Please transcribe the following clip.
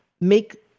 make